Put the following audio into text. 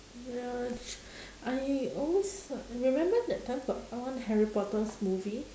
ya ch~ I always uh remember that time got one harry-potter's movie